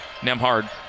Nemhard